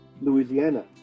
Louisiana